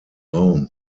raum